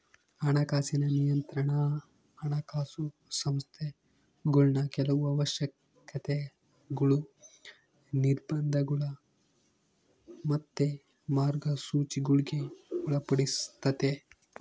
ಹಣಕಾಸಿನ ನಿಯಂತ್ರಣಾ ಹಣಕಾಸು ಸಂಸ್ಥೆಗುಳ್ನ ಕೆಲವು ಅವಶ್ಯಕತೆಗುಳು, ನಿರ್ಬಂಧಗುಳು ಮತ್ತೆ ಮಾರ್ಗಸೂಚಿಗುಳ್ಗೆ ಒಳಪಡಿಸ್ತತೆ